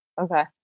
Okay